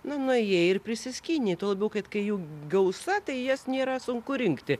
nu nuėjai ir prisiskynei tuo labiau kad kai jų gausa tai jas nėra sunku rinkti